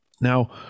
Now